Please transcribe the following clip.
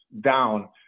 down